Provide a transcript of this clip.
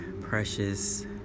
precious